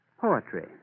Poetry